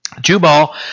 Jubal